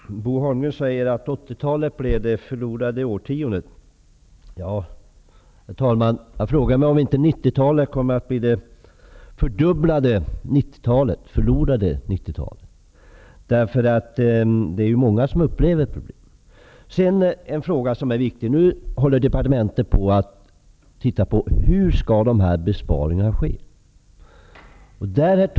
Herr talman! Bo Lundgren säger att 80-talet blev det förlorade årtiondet. Men jag undrar om inte 90 talet så att säga blir det fördubblat förlorade årtiondet. Det är ju många som upplever problem. Sedan till en viktig fråga. Departementet undersöker hur de här besparingarna skall ske.